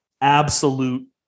Absolute